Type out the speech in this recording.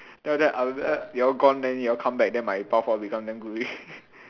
then after that after that you all gone then you all come back then my power forward become damn good already